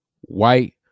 white